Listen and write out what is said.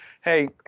hey